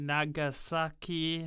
Nagasaki